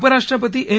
उपराष्ट्रपती एम